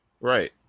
right